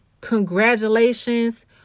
congratulations